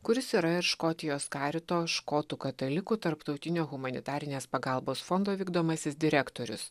kuris yra ir škotijos karito škotų katalikų tarptautinio humanitarinės pagalbos fondo vykdomasis direktorius